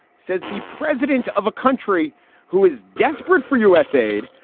says the president of a country who is desperate for u s. aid,